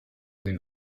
den